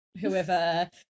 whoever